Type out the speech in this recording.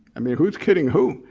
i mean, who's kidding who?